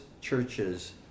churches